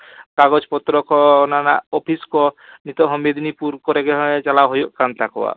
ᱠᱟᱜᱚᱡᱽ ᱯᱚᱛᱨᱚ ᱠᱚ ᱚᱱᱟ ᱨᱮᱱᱟᱜ ᱚᱯᱷᱤᱥ ᱠᱚ ᱱᱤᱛᱳᱜ ᱦᱚᱸ ᱢᱮᱫᱽᱱᱤᱯᱩᱨ ᱠᱚᱨᱮᱜᱮ ᱪᱟᱞᱟᱣ ᱦᱩᱭᱩᱜ ᱠᱟᱱ ᱛᱟᱠᱚᱣᱟ